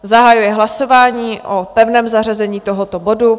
Zahajuji hlasování o pevném zařazení tohoto bodu.